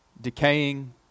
decaying